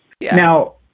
Now